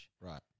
Right